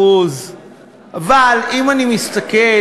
אבל אם אני מסתכל,